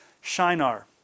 Shinar